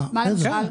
כן.